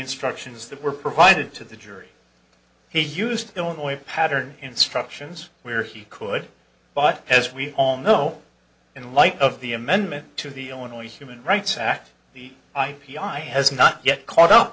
instructions that were provided to the jury he used illinois pattern instructions where he could but as we all know in light of the amendment to the illinois human rights act the i p i has not yet caught up